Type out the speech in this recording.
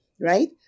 Right